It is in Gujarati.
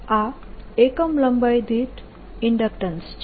આ એકમ લંબાઈ દીઠ ઇન્ડક્ટન્સ છે